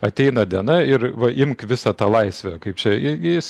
ateina diena ir va imk visą tą laisvę kaip čia irgi jis